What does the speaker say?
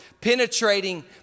Penetrating